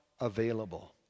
available